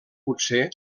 potser